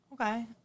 Okay